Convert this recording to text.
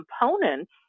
components